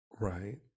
Right